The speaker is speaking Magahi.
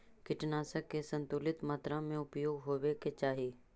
कीटनाशक के संतुलित मात्रा में उपयोग होवे के चाहि